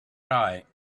right